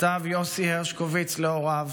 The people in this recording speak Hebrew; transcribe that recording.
כתב יוסי הרשקוביץ להוריו